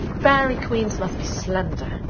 fairy queens must be slender.